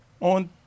on